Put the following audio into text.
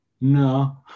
No